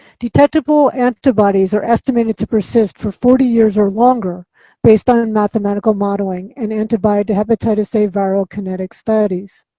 detectible antibodies are estimated to persist for forty years or longer based on mathematical modeling and antibody to hepatitis a viral kinetic studies.